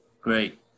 Great